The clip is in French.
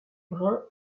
brun